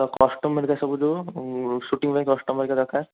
ତ କଷ୍ଟ୍ୟୁମ୍ ହରିକା ସବୁ ଯେଉଁ ସୁଟିଂ ପାଇଁ କଷ୍ଟ୍ୟୁମ୍ ହରିକା ଦରକାର